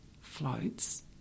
floats